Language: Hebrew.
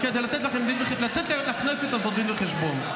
אלא כדי לתת לכנסת הזאת דין וחשבון.